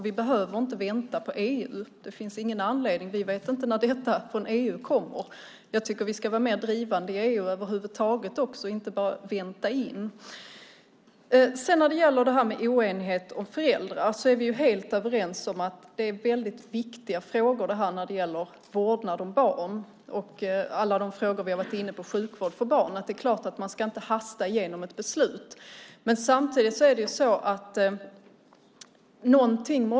Vi behöver inte vänta på EU. Det finns ingen anledning; vi vet inte när detta kommer från EU. Jag tycker också att vi över huvud taget ska vara mer drivande i EU och inte bara vänta in. När det sedan gäller oenighet och föräldrar är vi helt överens om att vårdnad om barn är en väldigt viktig fråga. I alla de frågor vi varit inne på, såsom sjukvård för barn, är det klart att man inte ska hasta igenom ett beslut, men samtidigt måste vi göra någonting.